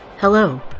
Hello